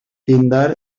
píndar